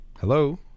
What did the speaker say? hello